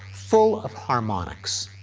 full of harmonics.